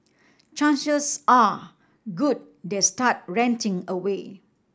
chances are good they start ranting away